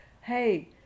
hey